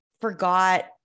forgot